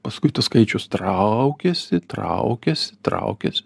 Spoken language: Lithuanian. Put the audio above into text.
paskui tas skaičius traukiasi traukiasi traukiasi